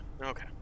okay